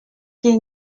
qu’il